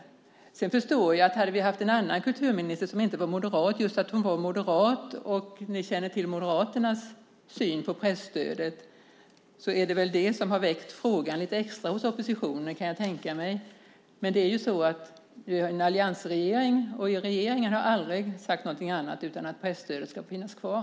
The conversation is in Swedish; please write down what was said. Jag förstår att det kunde ha varit annorlunda om vi hade haft en annan kulturminister, som inte var moderat. Just att hon var moderat och att ni känner till Moderaternas syn på presstödet har väl gett lite extra intresse för detta hos oppositionen, kan jag tänka mig. Men det är ju så att vi har en alliansregering, och regeringen har aldrig sagt annat än att presstödet ska finnas kvar.